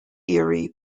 erie